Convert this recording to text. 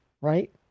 right